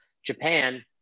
Japan